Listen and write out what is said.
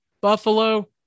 Buffalo